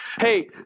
Hey